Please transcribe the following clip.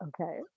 Okay